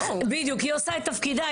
בדיוק, היא עושה את תפקידה.